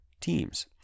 teams